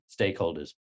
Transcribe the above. stakeholders